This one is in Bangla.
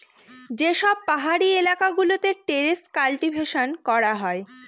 যে সব পাহাড়ি এলাকা গুলোতে টেরেস কাল্টিভেশন করা হয়